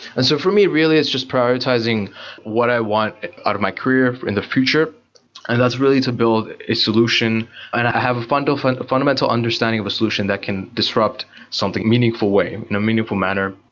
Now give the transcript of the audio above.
and so for me, really it's just prioritizing what i want out of my career in the future and that's really to build a solution and have a fundamental and a fundamental understanding of a solution that can disrupt something meaningful way, in a meaningful manner.